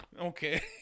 okay